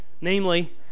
namely